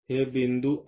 हे बिंदू आहेत